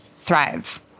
thrive